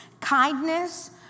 kindness